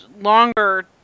longer